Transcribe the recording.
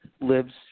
lives